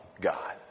God